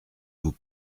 vous